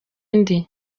indi